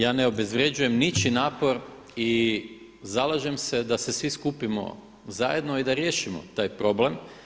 Ja ne obezvrjeđujem ničiji napor i zalažem se da se svi skupimo zajedno i da riješimo taj problem.